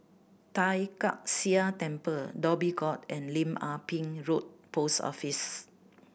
Tai Kak Seah Temple Dhoby Ghaut and Lim Ah Pin Road Post Office